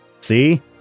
See